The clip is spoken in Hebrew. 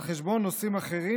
על חשבון נושאים אחרים,